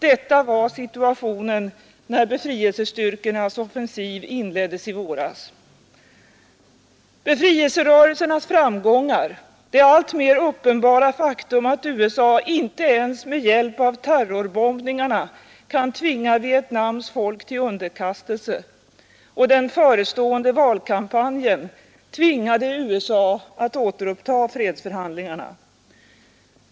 Detta var situationen när befrielsestyrkornas offensiv inleddes i våras. Befrielserörelsernas framgångar, det alltmer uppenbara faktum att USA inte ens med hjälp av terrorbombningarna kan pressa Vietnams folk till underkastelse och den förestående valkampanjen tvingade USA att återuppta fredsförhandlingarna.